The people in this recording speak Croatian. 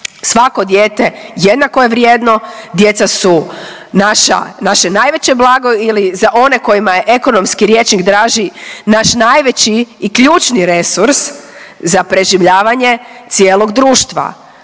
Svako dijete jednako je vrijedno, djeca su naša, naše najveće blago ili za one kojima je ekonomski rječnik draži naš najveći i ključni resurs za preživljavanje cijelog društva